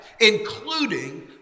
including